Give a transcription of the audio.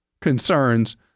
concerns